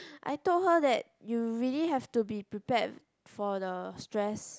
I told her that you really have to be prepared for the stress